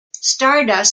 stardust